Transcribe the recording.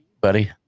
Buddy